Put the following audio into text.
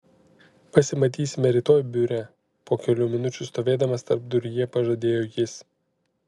pasimatysime rytoj biure po kelių minučių stovėdamas tarpduryje pažadėjo jis